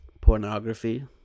pornography